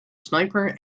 sniper